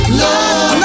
love